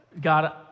God